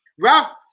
Ralph